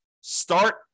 Start